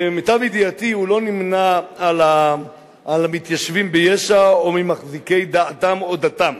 למיטב ידיעתי הוא לא נמנה עם המתיישבים ביש"ע או עם מחזיקי דעתם או דתם.